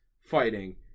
fighting